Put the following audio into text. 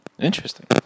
Interesting